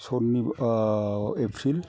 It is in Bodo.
सननि एप्रिल